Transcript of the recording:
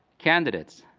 candidates,